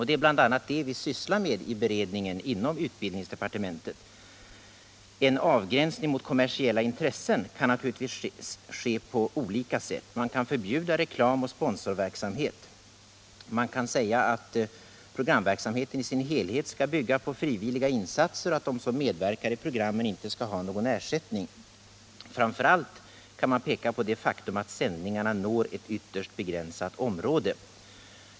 Det är bl.a. det vi sysslar med i beredningen inom utbildningsdepartementet. En avgränsning mot kommersiella intressen kan naturligtvis ske på olika sätt. Man kan förbjuda reklam och sponsorverksamhet. Man kan säga att programverksamheten i sin helhet skall bygga på frivilliga insatser och att de som medverkar i programmen inte skall ha någon ersättning. Framför allt kan man peka på det faktum att sändningarna når ett ytterst begränsat område.